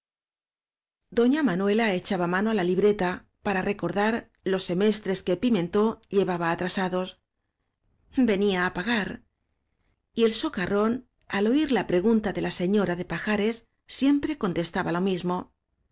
doña manuela echaba mano á la libreta para recordar los semestres que pimentó lleva ba atrasados venía á pagar eh y el so carrón al oir la pregunta de la señora de pa jares siempre contestaba lo mismo